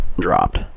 dropped